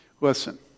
Listen